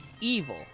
evil